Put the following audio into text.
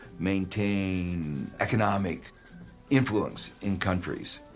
maintain economic influence in countries.